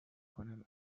کنم